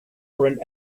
print